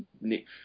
Nick